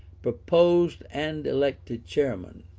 proposed and elected chairman.